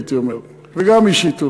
וגם אישית אולי.